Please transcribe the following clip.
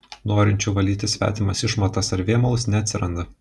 norinčių valyti svetimas išmatas ar vėmalus neatsiranda